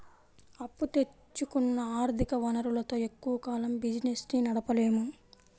అప్పు తెచ్చుకున్న ఆర్ధిక వనరులతో ఎక్కువ కాలం బిజినెస్ ని నడపలేము